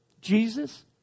Jesus